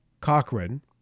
Cochran